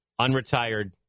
unretired